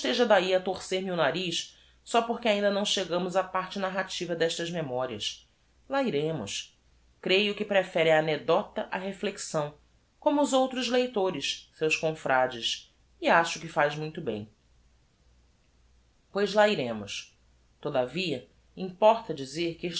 dahi a torcer me o nariz só porque ainda não chegámos á parte narrativa destas memorias lá iremos creio que prefere a anecdota á reflexão como os outros leitores seus confrades e acho que faz muito bem pois lá iremos todavia importa dizer que